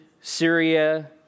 Syria